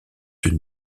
une